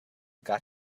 got